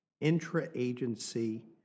intra-agency